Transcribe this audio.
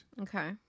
Okay